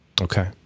Okay